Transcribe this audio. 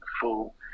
full